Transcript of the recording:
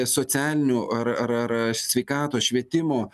socialinių ar ar ar sveikatos švietimo